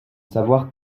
savoir